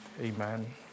Amen